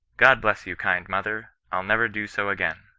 god bless you, kind mother, i'll never do so again.